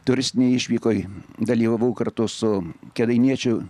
turistinėj išvykoj dalyvavau kartu su kėdainiečiu